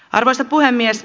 arvoisa puhemies